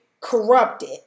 corrupted